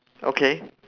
okay